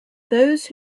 those